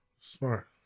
Smart